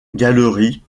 gallery